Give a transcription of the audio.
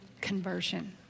conversion